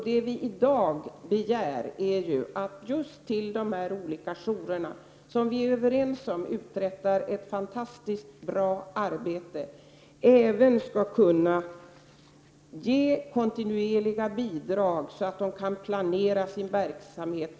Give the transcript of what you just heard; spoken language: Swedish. Det vi i dag begär är att man just till de olika jourerna, som vi är överens om uträttar ett fantastiskt bra arbete, även skall kunna ge kontinuerliga bidrag, så att de kan planera sin verksamhet.